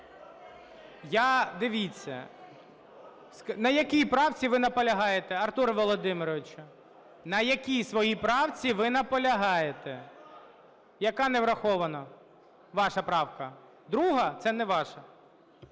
Я, дивіться… На якій правці ви наполягаєте, Артуре Володимировичу? На якій своїй правці ви наполягаєте? Яка не врахована ваша правка? 2-а? Це не ваша.